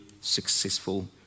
successful